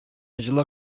җылы